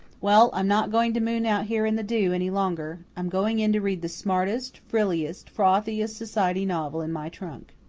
well, i'm not going to moon out here in the dew any longer. i'm going in to read the smartest, frilliest, frothiest society novel in my trunk.